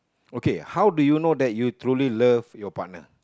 okay how do you know that you truly love your partner